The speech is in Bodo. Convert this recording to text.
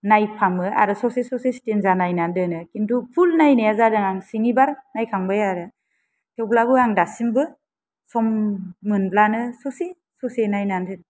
नायफ्लाङो आरो ससे ससे स्टेन्जा नायनानै दोनो खिन्थु फुल नायनाया जादों आं स्निबार नायखांबाय आरो थेवब्लाबो आं दासिमबो सम मोनब्लानो ससे ससे नायनानै